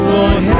Lord